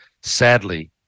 sadly